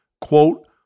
quote